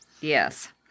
Yes